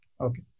Okay